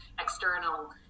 external